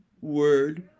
word